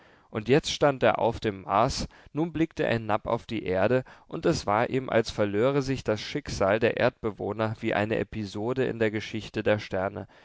und jetzt stand er auf dem mars nun blickte er hinab auf die erde und es war ihm als verlöre sich das schicksal der erdbewohner wie eine episode in der geschichte der sterne